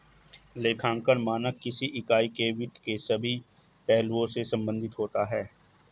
लेखांकन मानक किसी इकाई के वित्त के सभी पहलुओं से संबंधित होता है